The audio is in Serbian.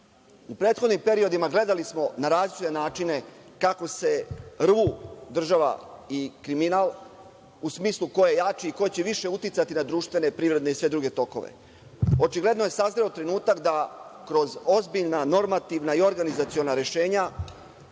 prethodnim periodima gledali smo na različite načine kako se rvu država i kriminal, u smislu ko je jači i ko će više uticati na društvene, privredne i sve druge tokove. Očigledno je sazreo trenutak da kroz ozbiljna normativna i organizaciona rešenja